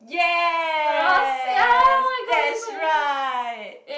yes that's right